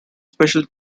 special